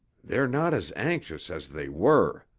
they're not as anxious as they were.